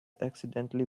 accidentally